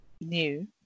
new